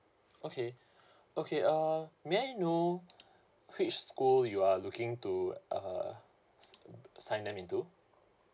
okay okay uh may I know which school you are looking to err sign them into